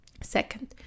Second